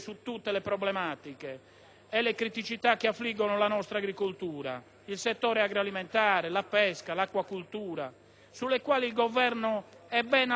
e le criticità che affliggono la nostra agricoltura, il settore agroalimentare, la pesca, l'acquicoltura, sulle quali il Governo è ben al corrente e sta lavorando.